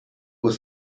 was